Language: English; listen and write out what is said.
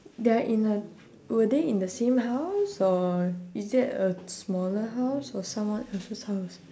they are in the were they in the same house or is that a smaller house or someone else's house